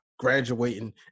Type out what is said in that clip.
graduating